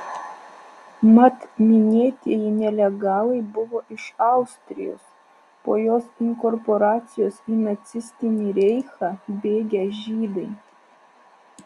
mat minėtieji nelegalai buvo iš austrijos po jos inkorporacijos į nacistinį reichą bėgę žydai